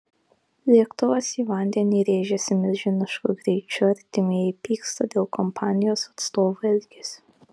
lėktuvas į vandenį rėžėsi milžinišku greičiu artimieji pyksta dėl kompanijos atstovų elgesio